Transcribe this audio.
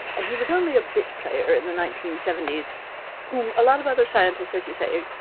and he was only a bit player in the nineteen seventy s whom a lot of other scientists, as you say,